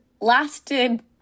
lasted